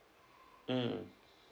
mm